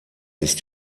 ist